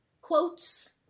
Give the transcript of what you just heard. quotes